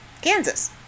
Kansas